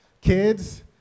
Kids